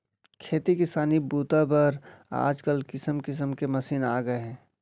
खेती किसानी बूता बर आजकाल किसम किसम के मसीन आ गए हे